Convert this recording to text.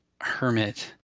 hermit